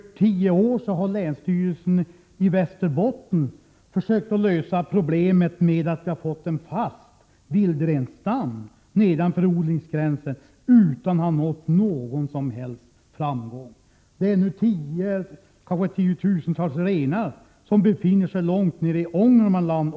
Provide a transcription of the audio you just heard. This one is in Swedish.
Under mer än tio år har länsstyrelsen i Västerbotten utan någon som helst framgång försökt att lösa problemet i samband med att vi har fått en fast vildrenstam nedanför odlingsgränsen. Kanske tiotusentals renar befinner sig nu året runt långt ned i Ångermanland.